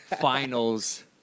finals